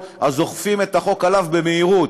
אוכפים את החוק עליו במהירות.